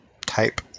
type